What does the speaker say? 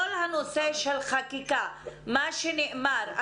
כל הנושא של חקיקה ומה שנאמר.